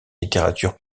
littérature